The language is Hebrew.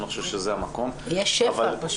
יש שפע.